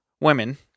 women